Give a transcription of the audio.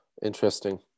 Interesting